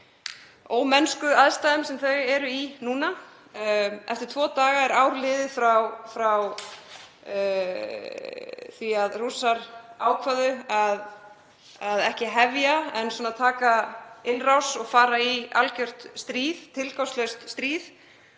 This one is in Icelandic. ómennsku aðstæðum sem þau eru í núna. Eftir tvo daga er ár liðið frá því að Rússar ákváðu að, ekki hefja en gera innrás og fara í algert, tilgangslaust stríð.